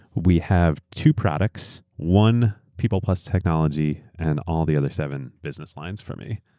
we have two products, one people plus technology, and all the other seven business lines for me.